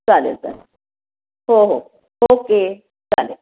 चालेल चालेल हो हो ओके चालेल